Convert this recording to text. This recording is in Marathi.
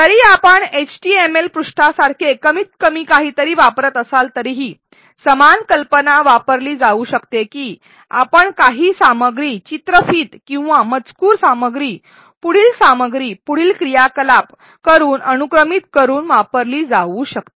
जरी आपण एचटीएमएल पेजसारखे कमीतकमी काहीतरी वापरत असाल तरीही समान कल्पना वापरली जाऊ शकते की आपण काही सामग्री चित्रफित किंवा मजकूर सामग्री पुढील सामग्री पुढील क्रियाकलाप करून अनुक्रमित करून वापरली जाऊ शकते